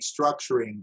structuring